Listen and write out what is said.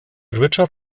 richard